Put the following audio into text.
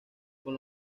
con